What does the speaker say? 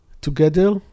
together